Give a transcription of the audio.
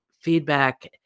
feedback